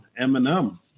Eminem